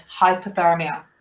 hypothermia